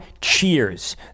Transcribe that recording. cheers